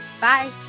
Bye